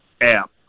app